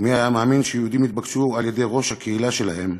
מי היה מאמין שיהודים יתבקשו על-ידי ראש הקהילה שלהם